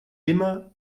dimmer